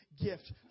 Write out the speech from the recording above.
gift